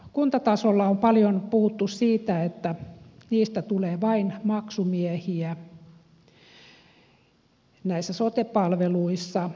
kuntatasolla on paljon puhuttu siitä että kunnista tulee vain maksumiehiä näissä sote palveluissa